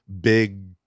big